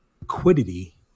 liquidity